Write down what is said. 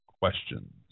questions